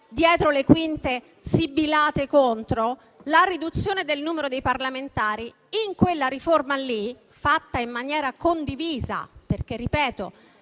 dietro le quinte, sibilate contro la riduzione del numero dei parlamentari - la riforma fatta in maniera condivisa, perché - ripeto